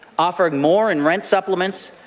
offering more in rent supplements,